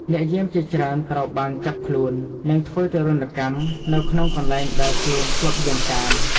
អ្នកយាមជាច្រើនត្រូវបានចាប់ខ្លួន និងធ្វើទារុណកម្មនៅក្នុងកន្លែងដែលខ្លួនធ្លាប់យាមកាម។